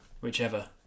Whichever